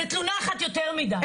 זו תלונה אחת יותר מידי.